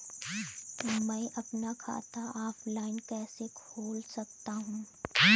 मैं अपना खाता ऑफलाइन कैसे खोल सकता हूँ?